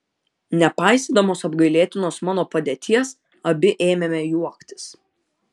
nepaisydamos apgailėtinos mano padėties abi ėmėme juoktis